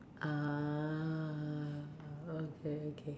ah okay okay